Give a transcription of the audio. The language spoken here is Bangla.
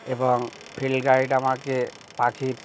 এবং ফিল্ড গাইড আমাকে পাখির